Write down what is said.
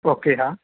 okay हा